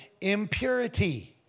Impurity